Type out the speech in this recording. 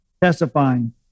testifying